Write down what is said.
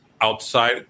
outside